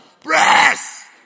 Press